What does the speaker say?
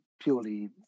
purely